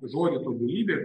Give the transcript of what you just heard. žodį tobulybė